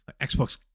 Xbox